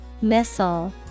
Missile